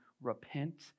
repent